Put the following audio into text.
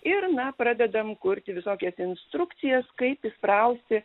ir na pradedam kurti visokias instrukcijas kaip įsprausti